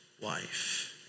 wife